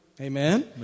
Amen